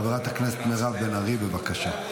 חברת הכנסת מירב בן ארי, בבקשה.